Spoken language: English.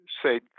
say